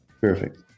perfect